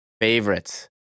favorites